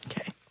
Okay